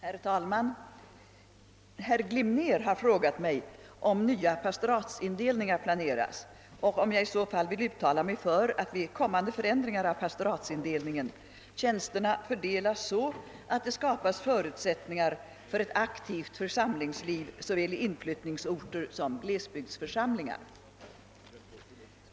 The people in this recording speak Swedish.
Herr talman! Herr Glimnér har frågat mig om nya pastoratsindelningar planeras och om jag i så fall vill uttala mig för att vid kommande ändringar av pastoratsindelningen tjänsterna fördelas så att det skapas förutsättningar för ett aktivt församlingsliv såväl i inflyttningsorter som i glesbygdsförsamlingar.